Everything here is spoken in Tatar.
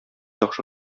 яхшы